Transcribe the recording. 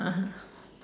(uh huh)